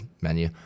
menu